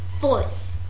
fourth